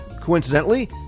coincidentally